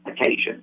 occasion